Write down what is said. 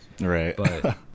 Right